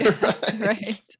right